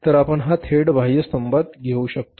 तर आपण हा थेट बाह्य स्तंभात घेऊ शकतो